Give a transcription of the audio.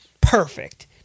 perfect